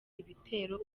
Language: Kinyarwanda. ibitero